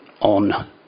on